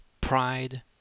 pride